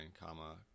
comma